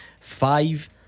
five